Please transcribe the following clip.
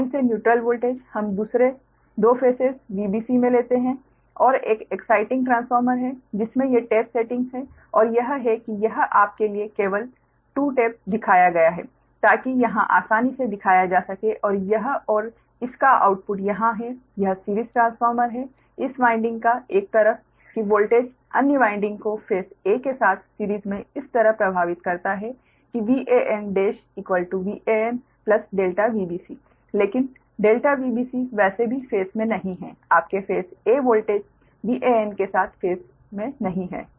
line से neutral voltage हम दूसरे 2 फेसेस Vbc में लेते हैं और एक एक्साइटिंग ट्रांसफार्मर है जिसमें ये टैप सेटिंग हैं और यह है कि यह आपके लिए केवल 2 टेप दिखाया गया है ताकी यह यहाँ आसानी से दिखाया जा सके और यह और इस का आउटपुट यहाँ है यह सिरीज़ ट्रांसफार्मर है इस वाइंडिंग का एक तरफ कि वोल्टेज अन्य वाइंडिंग को फेस a के साथ सिरीज़ में इस तरह प्रभावित करता है कि VanVan∆Vbc लेकिन ∆Vbc वैसे भी फेस में नहीं है आपके फेस 'a' वोल्टेज Van के साथ फेस में नहीं है